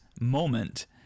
moment